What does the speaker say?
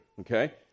Okay